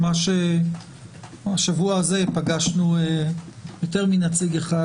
ממש השבוע הזה פגשנו יותר מנציג אחד.